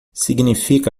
significa